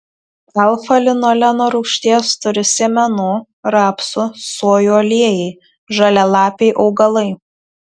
alfa linoleno rūgšties turi sėmenų rapsų sojų aliejai žalialapiai augalai